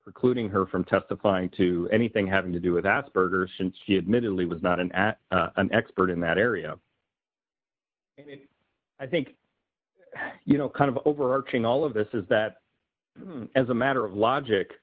precluding her from testifying to anything having to do with asperger's since she admittedly was not in at an expert in that area i think you know kind of overarching all of this is that as a matter of logic